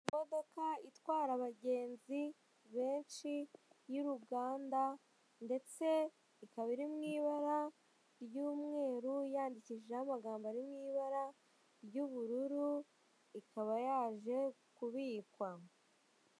Imodoka itwara abagenzi benshi y'uruganda ndetse ikaba iri mu ibara ry'umweru yandikishijeho amagambo ari mu ibara ry'ubururu ikaba yaje kubikwa.